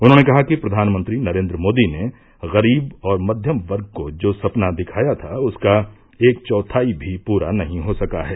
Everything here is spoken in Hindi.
उन्होंने कहा कि प्रधानमंत्री नरेन्द्र मोदी ने गरीब और मध्यम वर्ग को जो सपना दिखाया था उसका एक चौथाई भी पूरा नही हो सका है